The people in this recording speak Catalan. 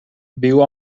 viu